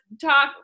talk